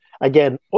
Again